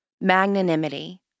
magnanimity